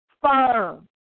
firm